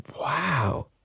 Wow